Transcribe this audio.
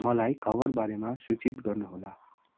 मलाई खबरबारेमा सूचित गर्नुहोला